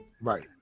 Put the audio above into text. Right